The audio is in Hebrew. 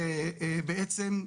ובעצם,